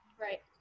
Right